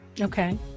Okay